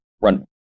run